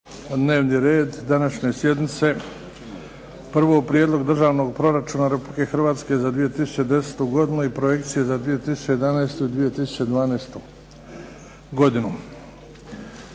dnevni red današnje sjednice. Prvo - Prijedlog državnog proračuna Republike Hrvatske za 2010. godinu i projekcije za 2011. i 2012. godinu